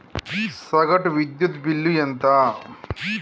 సగటు విద్యుత్ బిల్లు ఎంత?